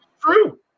True